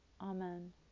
Amen